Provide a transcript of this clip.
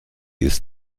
ist